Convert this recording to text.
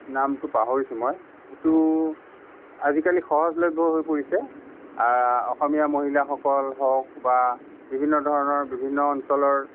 নামটো পাহৰিছোঁ মই সেইটো আজিকালি সহজলভ্য হৈ পৰিছে অসমীয়া মহিলাসকল হওক বা বিভিন্ন ধৰণৰ বিভিন্ন অঞ্চলৰ